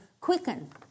quicken